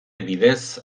bidez